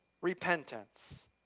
repentance